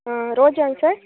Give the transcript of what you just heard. ஆ ரோஜாங்க சார்